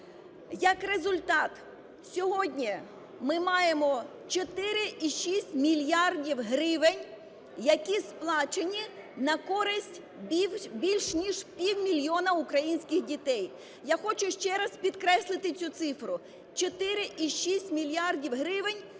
Як результат, сьогодні ми маємо 4,6 мільярдів гривень, які сплачені на користь більше ніж півмільйона українських дітей. Я хочу ще раз підкреслити цю цифру: 4,6 мільярдів гривень